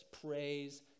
praise